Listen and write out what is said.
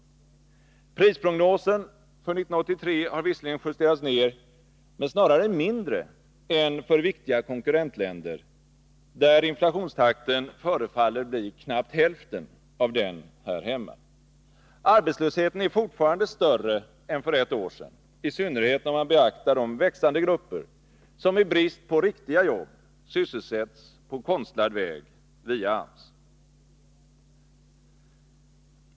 Prisprognosen för 1983 har visserligen justerats ned, men snarare mindre än för viktiga konkurrentländer, där inflationstakten förefaller bli knappt hälften av den här hemma. Arbetslösheten är fortfarande större än för ett år sedan, i synnerhet om man beaktar de växande grupper som i brist på riktiga jobb sysselsätts på konstlad väg via AMS.